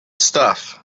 stuff